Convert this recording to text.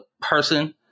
person